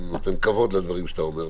ונותן כבוד לדברים שאתה אומר.